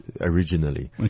originally